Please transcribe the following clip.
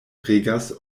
regas